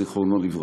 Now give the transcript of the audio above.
זיכרונו לברכה,